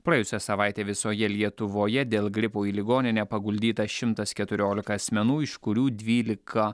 praėjusią savaitę visoje lietuvoje dėl gripo į ligoninę paguldyta šimtas keturiolika asmenų iš kurių dvylika